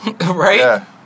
Right